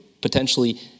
potentially